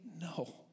No